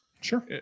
Sure